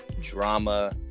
drama